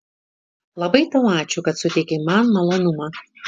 labai tau ačiū kad suteikei man malonumą